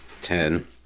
Ten